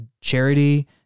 charity